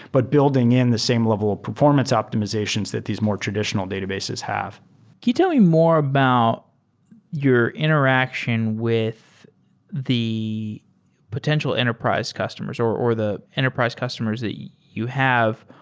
but building in the same level of performance optimizations that these more traditional databases have. can you tell you more about your interaction with the potential enterprise customers or or the enterprise customers the you have.